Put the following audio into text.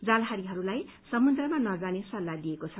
जालहारीहरूलाई समुद्रमा नजाने सल्लाह दिइएको छ